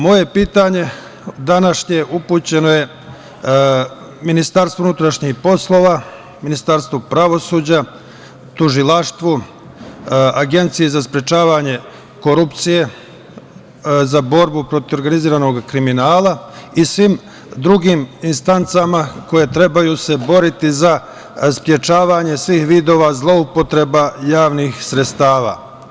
Moje pitanje današnje upućeno je Ministarstvu unutrašnjih poslova, Ministarstvu pravosuđa, tužilaštvu, Agenciji za sprečavanje korupcije, za borbu protiv organizovanog kriminala i svim drugim instancama koje se trebaju boriti za sprečavanje svih vidova zloupotreba javnih sredstava.